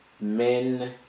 men